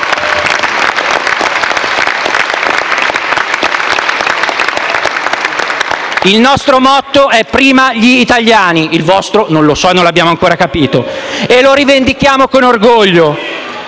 Il nostro motto è «prima gli italiani» (il vostro non lo so, non lo abbiamo ancora capito) e lo rivendichiamo con orgoglio.